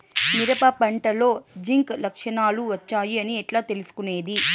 మిరప పంటలో జింక్ లక్షణాలు వచ్చాయి అని ఎట్లా తెలుసుకొనేది?